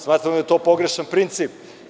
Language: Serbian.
Smatramo da je to pogrešan princip.